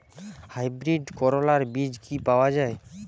Hybrid করলার বীজ কি পাওয়া যায়?